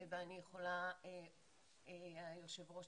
והיושב ראש,